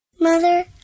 Mother